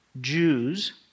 Jews